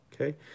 okay